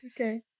Okay